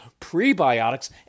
prebiotics